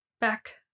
Back